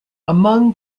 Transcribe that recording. among